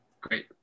Great